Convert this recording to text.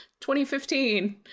2015